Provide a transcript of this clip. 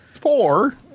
Four